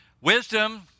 Wisdom